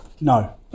No